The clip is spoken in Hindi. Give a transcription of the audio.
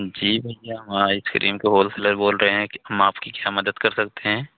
जी हम आइसक्रीम का होलसेलर बोल रहे हैं हम आपकी क्या मदद कर सकते हैं